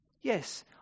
yes